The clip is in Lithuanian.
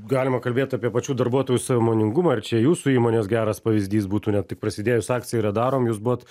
galima kalbėt apie pačių darbuotojų sąmoningumą ir čia jūsų įmonės geras pavyzdys būtų ne tik prasidėjus akcijai radarom jūs buvot